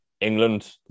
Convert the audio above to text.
England